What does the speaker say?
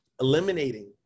eliminating